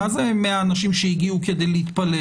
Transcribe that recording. מה זה 100 אנשים שהגיעו כדי להתפלל?